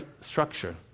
structure